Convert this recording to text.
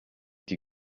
die